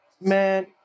man